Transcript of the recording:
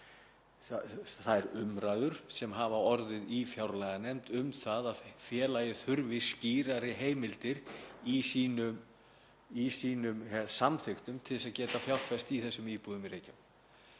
við þær umræður sem hafa orðið í fjárlaganefnd um að félagið þurfi skýrari heimildir í sínum samþykktum til að geta fjárfest í þessum íbúðum í Reykjavík.